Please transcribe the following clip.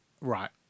right